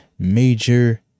major